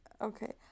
okay